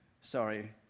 sorry